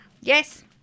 Yes